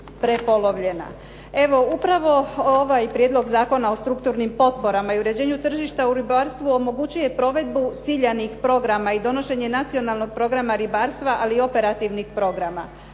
prepolovljena. Evo, upravo ovaj Prijedlog zakona o strukturnim potporama i uređenju tržišta u ribarstvu omogućuje i provedbu ciljanih programa i donošenja nacionalnog programa ribarstva, ali i operativnih programa.